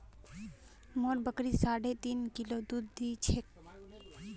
मोर बकरी साढ़े तीन किलो दूध दी छेक